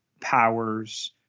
powers